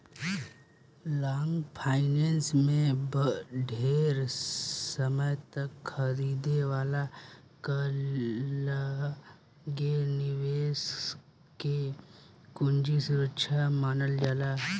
long finance में ढेर समय तक खरीदे वाला के लगे निवेशक के पूंजी सुरक्षित मानल जाला